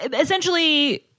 Essentially